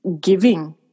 giving